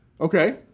Okay